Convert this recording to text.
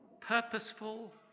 purposeful